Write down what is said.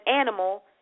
animal